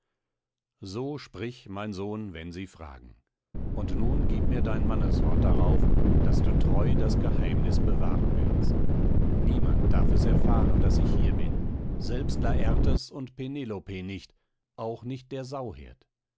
so sprich mein sohn wenn sie fragen und nun gieb mir dein manneswort daß du treu das geheimnis bewahren willst niemand darf es erfahren daß ich hier bin selbst lartes und penelope nicht auch nicht der sauhirt